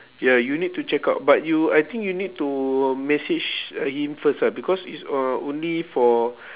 ya you need to check out but you I think you need to message him first ah because it's uh only for